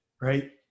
right